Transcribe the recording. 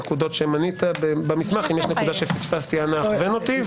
הנקודה השלישית היא הרוב הדרוש להתגברות.